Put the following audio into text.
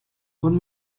con